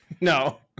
No